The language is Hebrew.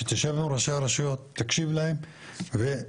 שתשב מול ראשי הרשויות תקשיב להם ותקדם,